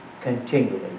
continually